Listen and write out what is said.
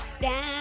Down